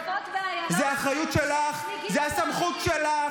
אתה אפילו תומך בהפגנות באיילון עם צמיגים בוערים,